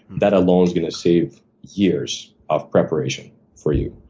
that alone's gonna save years of preparation for you.